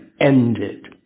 ended